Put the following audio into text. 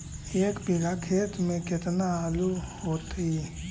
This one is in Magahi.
एक बिघा खेत में केतना आलू होतई?